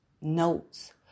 notes